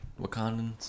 Wakandans